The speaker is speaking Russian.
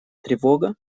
тревога